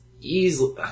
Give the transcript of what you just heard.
easily